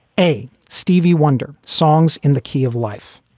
a stevie wonder songs in the key of life.